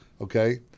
okay